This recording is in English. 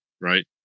right